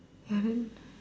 ya then